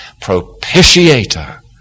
propitiator